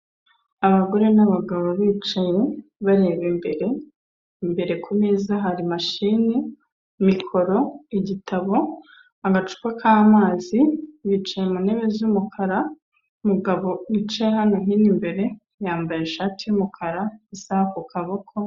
Abagore n'abagabo bicaye, bareba imbere, imbere kumeza hari mashini, mikoro, igitabo agacupa k'amazi, bicaye mu ntebe z'umukara, umugabo wicaye hano hino imbere yambaye ishati y'umukara, isaha ku kaboko...